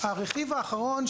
והרכיב האחרון,